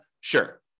Sure